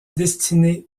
destiné